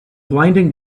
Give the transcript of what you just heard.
blinding